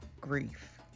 grief